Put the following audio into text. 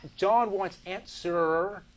JohnWantsAnswer